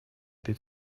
этой